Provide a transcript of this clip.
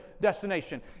destination